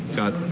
got